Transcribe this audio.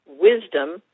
wisdom